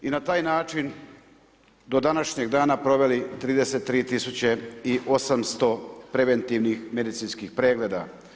I na taj način do današnjeg dana proveli 33800 preventivnih medicinskih pregleda.